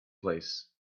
place